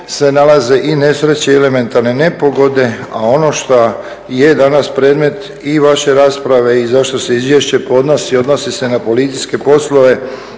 se nalaze i nesreće i elementarne nepogode, a ono šta je danas predmet i vaše rasprave i zašto se izvješće podnosi odnosi se na policijske poslove